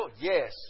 Yes